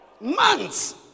Months